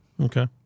Okay